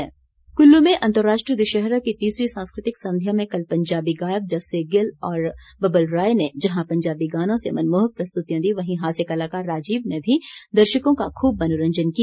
कुल्लू दशहरा कुल्लू में अंतर्राष्ट्रीय दशहरा की तीसरी सांस्कृतिक संध्या में कल पंजाबी गायक जस्सी गिल और बब्बल राय ने जहां पंजाबी गानों से मनमोहक प्रस्तुति दी वहीं हास्य कलाकार राजीव ने भी दर्शकों का खूब मनोरंजन किया